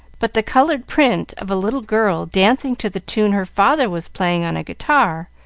but the colored print of a little girl dancing to the tune her father was playing on a guitar,